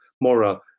moral